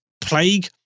plague